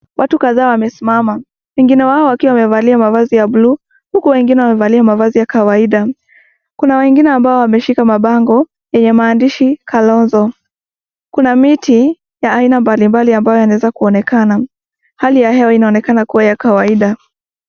Watu kadhaa wamesimama, wengine wao wakiwa wamevali mavazi ya buluu, huku wengine wamevalia mavazi ya kawaida, kuna wengine wao wameshika mabango, yenye maandishi Kalonzo, kuna miti, ya aina mbalimbali ambayo yanaweza kuonekana, hali ya hewa inaonekana kuwa ya kawaida.